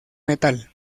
metal